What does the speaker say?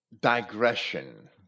digression